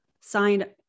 signed